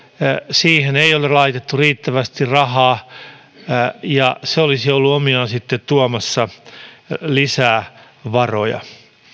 siihen ei ole laitettu riittävästi rahaa se olisi ollut omiaan sitten tuomassa lisää varoja